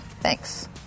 Thanks